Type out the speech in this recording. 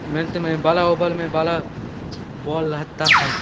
मेंत में बारह ओवर में बारह बॉल रहता है